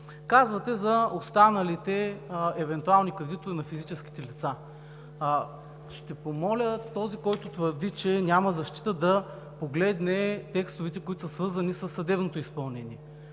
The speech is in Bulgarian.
Казвате за останалите евентуални кредитори на физическите лица. Ще помоля този, който твърди, че няма защита, да погледне текстовете, които са свързани със съдебното изпълнение.